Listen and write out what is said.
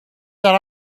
that